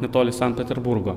netoli sankt peterburgo